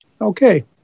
Okay